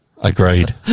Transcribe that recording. Agreed